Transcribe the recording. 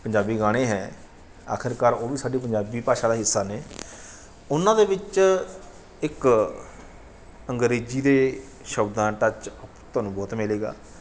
ਪੰਜਾਬੀ ਗਾਣੇ ਹੈ ਆਖਿਰਕਾਰ ਉਹ ਵੀ ਸਾਡੀ ਪੰਜਾਬੀ ਭਾਸ਼ਾ ਦਾ ਹਿੱਸਾ ਨੇ ਉਹਨਾਂ ਦੇ ਵਿੱਚ ਇੱਕ ਅੰਗਰੇਜ਼ੀ ਦੇ ਸ਼ਬਦਾਂ ਦਾ ਟੱਚ ਤੁਹਾਨੂੰ ਬਹੁਤ ਮਿਲੇਗਾ